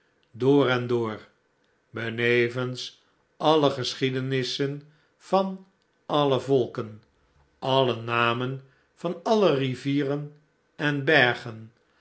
door en door benevens alle geschiedenissen van alle volken alle namen van alle rivieren en bergen